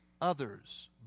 others